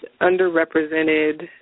underrepresented